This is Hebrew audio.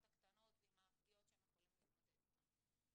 הקטנות ועם הפגיעות שהם יכולים להתמודד איתן.